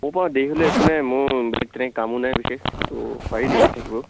হ'ব বাৰু দেৰি হ'লে একো নাই মোৰ বেলেগ তেনেকৈ কামো নাই বিশেষ তো পাৰি দেৰিলৈকে থাকিব